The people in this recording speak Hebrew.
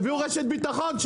שיביאו רשת בטחון,